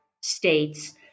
states